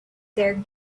their